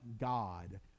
God